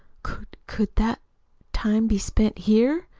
could could that time be spent here?